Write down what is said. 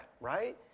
right